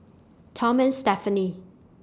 Tom and Stephanie